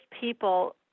people